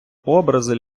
образи